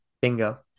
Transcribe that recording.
bingo